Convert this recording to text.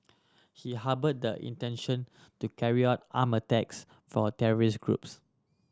he harboured intention to carry out arm attacks for terrorist groups